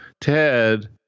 Ted